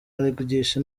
aragisha